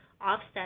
offset